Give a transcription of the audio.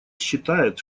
считает